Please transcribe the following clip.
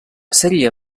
sèrie